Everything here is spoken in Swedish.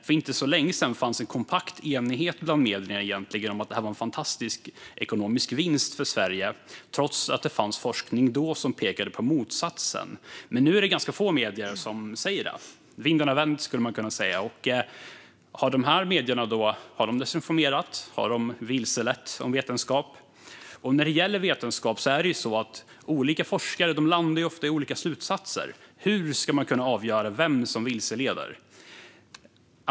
För inte så länge sedan fanns det en kompakt enighet bland medierna om att detta var en fantastisk ekonomisk vinst för Sverige, trots att det fanns forskning som pekade på motsatsen. Nu är det dock ganska få medier som säger det - vinden har vänt, skulle man kunna säga. Har dessa medier då desinformerat? Har de vilselett om vetenskap? När det gäller vetenskap landar olika forskare ofta i olika slutsatser. Hur ska man kunna avgöra vem som vilseleder?